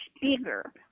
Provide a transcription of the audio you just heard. bigger